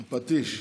עם פטיש.